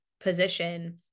position